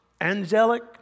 angelic